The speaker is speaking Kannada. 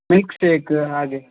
ಮಿಲ್ಕ್ಸ್ಟೇಕ ಹಾಗೆ